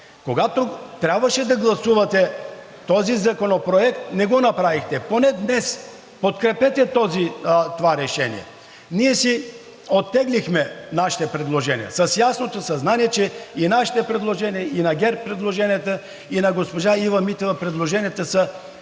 Когато трябваше да гласувате този законопроект, не го направихте – поне днес подкрепете това решение. Ние оттеглихме нашите предложения с ясното съзнание, че и нашите предложения, и на ГЕРБ предложенията, и на госпожа Ива Митева предложенията са